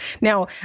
Now